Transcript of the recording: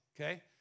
Okay